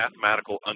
mathematical